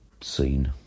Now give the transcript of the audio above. scene